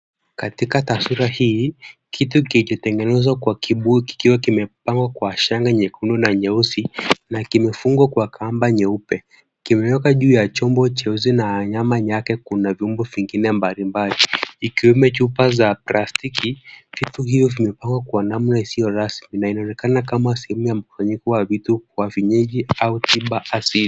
Katika taswira hii, kitu kikitengenezwa kwa kibuyu kikiwa kimepambwa kwa shanga nyekundu na nyeusi na kimefungwa kwa kamba nyeupe kimewekwa juu ya chombo cheusi na nyuma yake kuna vyombo vingine mbalimbali ikiwemo chupa za plastiki. Vitu hivyo vimepangwa kwa namna isiyo rasmi na inaonekana kama sehemu ya mkusanyiko wa vitu wa vinyago au tiba asili.